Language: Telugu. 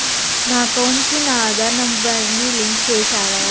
నా అకౌంట్ కు నా ఆధార్ నెంబర్ ను లింకు చేసారా